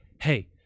hey